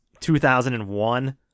2001